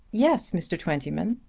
yes, mr. twentyman.